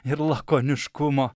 ir lakoniškumo